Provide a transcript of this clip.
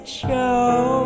show